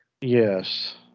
Yes